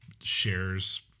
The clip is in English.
shares